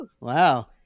Wow